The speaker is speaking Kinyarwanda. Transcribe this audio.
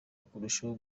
kurushaho